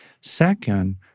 Second